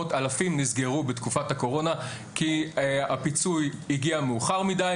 אלפי מעונות נסגרו בתקופת הקורונה כי הפיצוי הגיע מאוחר מדי.